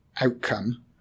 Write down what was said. outcome